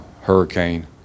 hurricane